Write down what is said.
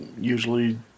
usually